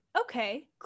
Okay